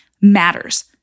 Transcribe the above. matters